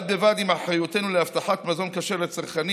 בד בבד עם אחריותנו להבטחת מזון כשר לצרכנים